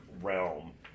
realm